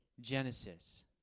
Genesis